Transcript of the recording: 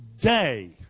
day